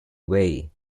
way